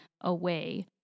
away